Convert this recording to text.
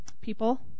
people